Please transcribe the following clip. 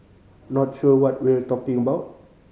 not sure what we're talking about